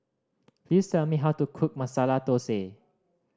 please tell me how to cook Masala Dosa